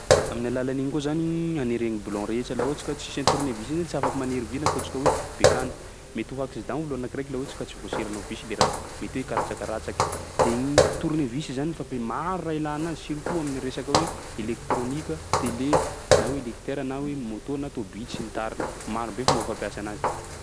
Amin'ny alalan'igny koa zany anere ny blon rehetsa laha ohatsy ka tsisy an'ny tournevis iny zany tsy afaky manery vy na ataontsika hoe bekana, mety ho accident olo anankiraiky laha ohatsy tsy voaserinao visy le raha, mety hoe hikaratsakaratsaky. De igny tournevis zany fa be maro raha ilàna azy surtout amin'ny resaka hoe elektrônika, tele, na hoe lecteur na hoe moto na tômbily sy ny tariny. Maro be fomba fampiasa anazy.